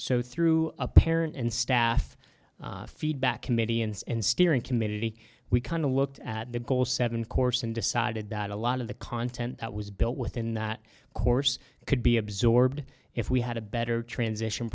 so through a parent and staff feedback committee ins and steering committee we kind of looked at the goal seven course and decided that a lot of the content that was built within that course could be absorbed if we had a better transition